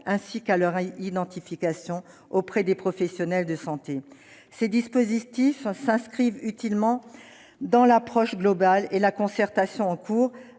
ainsi qu'à leur identification auprès des professionnels de santé. Ces dispositions s'inscrivent utilement dans l'approche globale et la concertation en cours